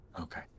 Okay